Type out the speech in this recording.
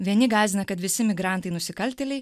vieni gąsdina kad visi migrantai nusikaltėliai